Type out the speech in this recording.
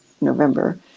november